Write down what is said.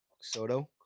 Soto